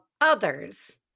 others